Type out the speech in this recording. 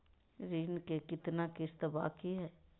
ऋण के कितना किस्त बाकी है?